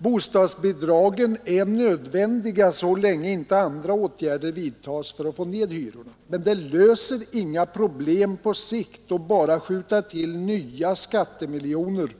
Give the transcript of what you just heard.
Bostadsbidragen är nödvändiga så länge inte andra åtgärder vidtas för att få ned hyrorna, men det löser inga problem på sikt att bara skjuta till nya skattemiljoner